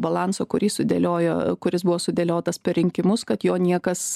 balanso kurį sudėliojo kuris buvo sudėliotas per rinkimus kad jo niekas